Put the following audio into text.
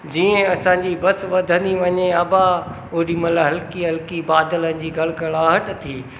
जीअं असांजी बस वधंदी वञे अबा ओॾीमहिल हलकी हलकी बादलनि जी घड़ घड़ाहट थी